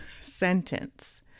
sentence